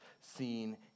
seen